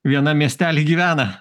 vienam miestely gyvena